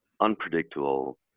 unpredictable